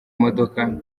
modoka